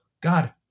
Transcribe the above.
God